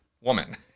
woman